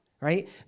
right